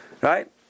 right